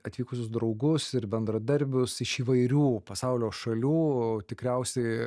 atvykusius draugus ir bendradarbius iš įvairių pasaulio šalių tikriausiai